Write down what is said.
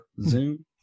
Zoom